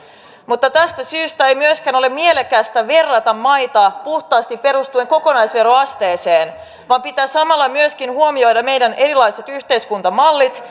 mutta tästä syystä ei myöskään ole mielekästä verrata maita puhtaasti perustuen kokonaisveroasteeseen vaan pitää samalla myöskin huomioida meidän erilaiset yhteiskuntamallit